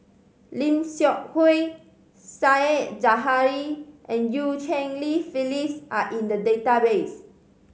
Lim Seok Hui Said Zahari and Eu Cheng Li Phyllis are in the database